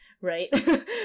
right